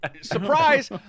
surprise